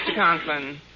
Conklin